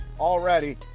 already